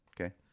Okay